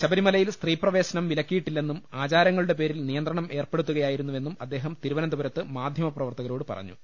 ശബരിമലയിൽ സ്ത്രീ പ്രവേശനം വിലക്കിയിട്ടില്ലെന്നും ആചാരങ്ങളുടെ പേരിൽ നിയന്ത്രണംഏർപ്പെടുത്തുകയായിരുന്നു വെന്നും അദ്ദേഹം തിരുവനന്തപുരത്ത് മാധ്യമ പ്രവർത്തകരോട് പറഞ്ഞു